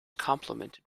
complimented